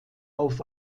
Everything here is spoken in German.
auf